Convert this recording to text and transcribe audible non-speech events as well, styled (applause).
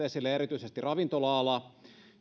(unintelligible) esille erityisesti ravintola ala